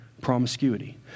promiscuity